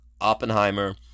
oppenheimer